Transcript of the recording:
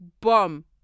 Bomb